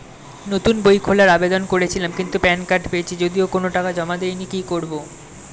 নতুন বই খোলার আবেদন করেছিলাম কিন্তু প্যান কার্ড পেয়েছি যদিও কোনো টাকা জমা দিইনি কি করব?